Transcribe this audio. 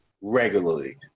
regularly